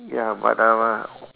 ya but our